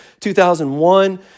2001